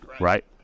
right